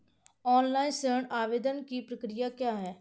Online ऋण आवेदन की प्रक्रिया क्या है?